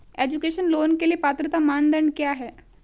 Education loan के लिए पात्रता मानदंड क्या है?